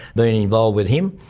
but involved with him,